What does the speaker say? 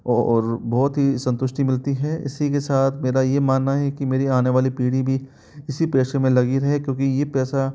और बहुत ही संतुष्टि मिलती है इसी के साथ मेरा ये मानना है कि मेरी आने वाली पीढ़ी भी इसी पेशे में लगी रहे क्योंकि ये पेशा